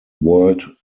world